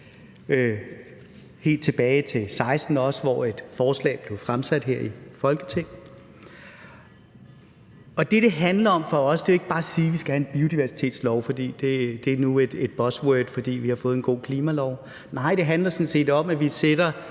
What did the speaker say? helt tilbage til 2016, hvor et forslag blev fremsat her i Folketinget. Og det, det handler om for os, er jo ikke bare at sige, at vi skal have en biodiversitetslov, fordi det nu er et buzzword, fordi vi har fået en god klimalov. Nej, det handler sådan set om, at vi sætter